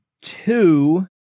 two